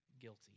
guilty